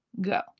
Go